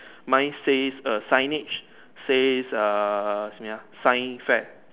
mine says a signage says err simi ah sign fair